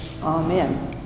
Amen